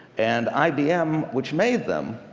and ibm, which made them,